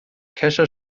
kescher